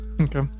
Okay